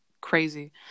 crazy